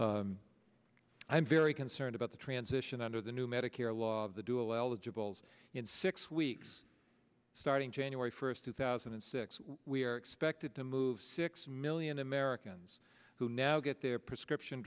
i'm very concerned about the transition under the new medicare law the dual eligibles in six weeks starting january first two thousand and six we are expected to move six million americans who now get their prescription